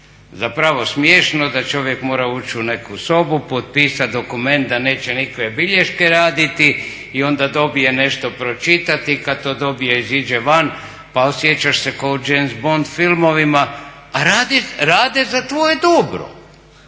Zapravo smiješno da čovjek mora ući u neku sobu, potpisati dokument da neće nikakve bilješke raditi o onda dobije nešto pročitati, kada to dobije iziđe van pa osjećaš se kao u James Bond filmovima. A rade za tvoje dobro.